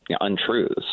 untruths